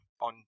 on